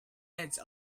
edge